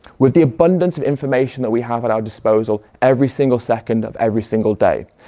with the abundance of information that we have at our disposal every single second of every single day.